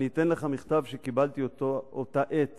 אני אתן לך מכתב שקיבלתי באותה העת